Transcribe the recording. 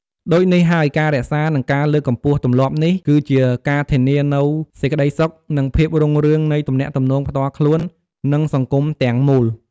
ដូចនេះហើយ ការរក្សា និងលើកកម្ពស់ទម្លាប់នេះ គឺជាការធានានូវសេចក្ដីសុខ និងភាពរុងរឿងនៃទំនាក់ទំនងផ្ទាល់ខ្លួន និងសង្គមទាំងមូល។